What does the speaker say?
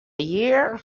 year